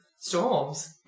storms